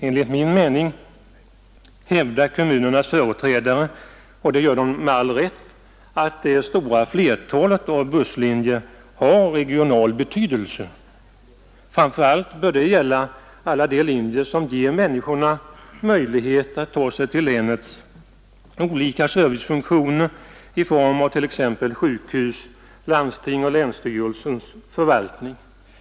Enligt min mening hävdar kommunernas företrädare — och det gör de med all rätt — att det stora flertalet av busslinjerna har regional betydelse. Framför allt gäller detta de linjer som ger människorna möjlighet att ta sig till länets olika servicefunktioner i form av t.ex. sjukhus eller landstingets och länsstyrelsens förvaltning.